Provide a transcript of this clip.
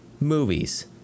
movies